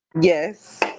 Yes